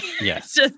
yes